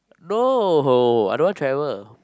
no I don't want travel